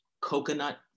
coconut